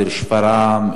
שפרעם,